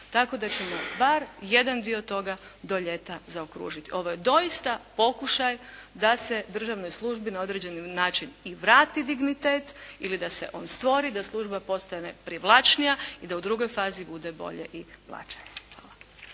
tako da ćemo bar jedan dio toga do ljeta zaokružiti. Ovo je doista pokušaj da se državnoj službi na određeni način i vrati dignitet ili da se on stvori, da služba postane privlačnija i da u drugoj fazi bude bolje i plaće. Hvala.